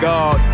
God